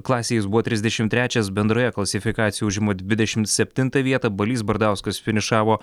klasėj jis buvo trisdešim trečias bendroje klasifikacijoj užima dvidešim septintą vietą balys bardauskas finišavo